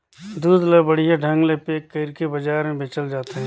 दूद ल बड़िहा ढंग ले पेक कइरके बजार में बेचल जात हे